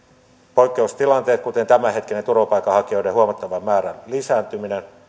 poikkeustilanteet kuten tämänhetkinen turvapaikanhakijoiden määrän huomattava lisääntyminen